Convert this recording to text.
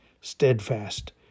steadfast